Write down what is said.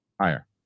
Higher